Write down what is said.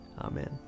Amen